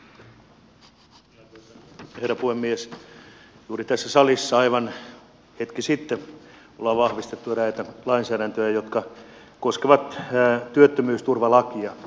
juuri tässä salissa aivan hetki sitten on vahvistettu eräitä lainsäädäntöjä jotka koskevat työttömyysturvalakia